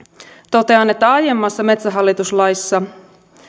totean että aiemmassa metsähallitus laissa